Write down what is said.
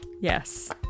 Yes